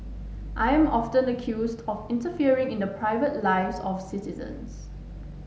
I am often accused of interfering in the private lives of citizens